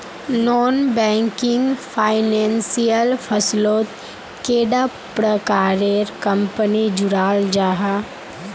Non banking financial फसलोत कैडा प्रकारेर कंपनी जुराल जाहा?